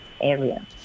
area